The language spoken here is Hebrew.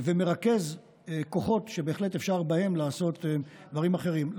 ומרכז כוחות שבהם אפשר לעשות דברים אחרים,